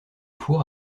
four